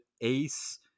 Ace